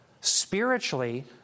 spiritually